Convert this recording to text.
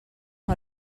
amb